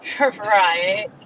Right